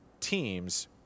teams